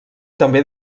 també